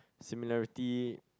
similarity